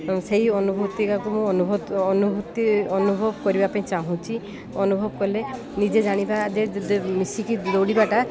ସେଇ ଅନୁଭୂତିକାକୁ ମୁଁ ଅନୁଭୂତ ଅନୁଭୂତି ଅନୁଭବ କରିବା ପାଇଁ ଚାହୁଁଛି ଅନୁଭବ କଲେ ନିଜେ ଜାଣିବା ମିଶିକି ଦୌଡ଼ିବାଟା